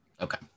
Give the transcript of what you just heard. okay